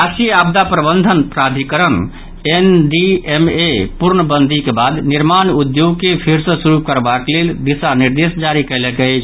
राष्ट्रीय आपदा प्रबंधन प्राधिकरण एनडीएमए पूर्ण बंदीक बाद निर्माण उद्योग के फेर सँ शुरू करबाक लेल दिशा निर्देश जारी कयलक अछि